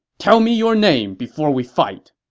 tell me your name before we fight!